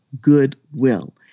goodwill